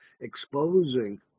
exposing